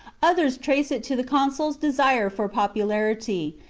others traced it to the consul's desire for popularity,